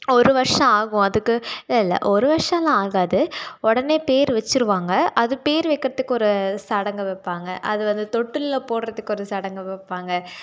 ஒரு வருஷம் ஆகும் அதுக்கு இல்லைல்ல ஒரு வருஷல்லாம் ஆகாது உடனே பேர் வச்சிருவாங்க அது பேர் வைக்கிறதுக்கு ஒரு சடங்கு வைப்பாங்க அது அது தொட்டிலில் போடுறதுக்கு ஒரு சடங்கு வைப்பாங்க